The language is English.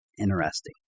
Interesting